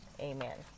Amen